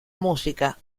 música